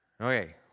Okay